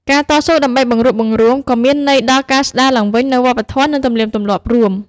ការតស៊ូដើម្បីបង្រួបបង្រួមក៏មានន័យដល់ការស្តារឡើងវិញនូវវប្បធម៌ និងទំនៀមទម្លាប់រួម។